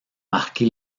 marqué